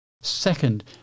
Second